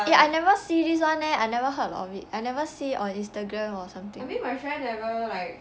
eh I never see this one leh I never heard of it I never see on Instagram or something